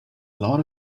lot